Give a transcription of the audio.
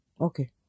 Okay